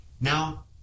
Now